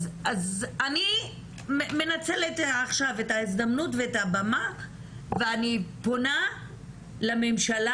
אז אני מנצלת עכשיו את ההזדמנות ואת הבמה ואני פונה לממשלה,